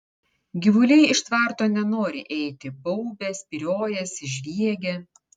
gyvuliai iš tvarto nenori eiti baubia spyriojasi žviegia